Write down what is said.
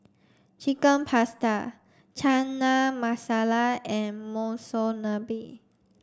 chicken Pasta Chana Masala and Monsunabe